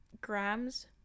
grams